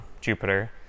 Jupiter